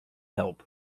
help